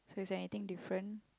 so is there anything different